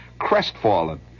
crestfallen